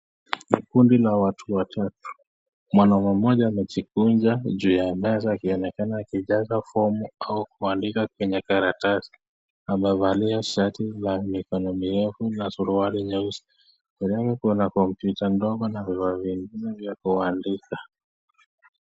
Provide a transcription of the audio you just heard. Kikundi la watu watatu, mwanaume moja anajikuncha juu ya meza akionekana akijeza fomu, kuandika kwenye karatasi, amevalia shati la mikono mirefu, na suruali nyeusi ana kompyuta ndogo ya kuandika.